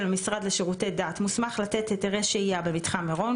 המשרד לשירותי דת מוסמך לתת היתרי שהייה במתחם מירון,